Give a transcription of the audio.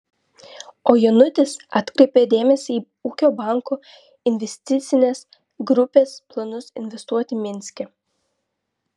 o jonutis atkreipia dėmesį į ūkio banko investicinės grupės planus investuoti minske